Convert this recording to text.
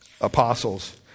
Apostles